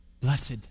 Blessed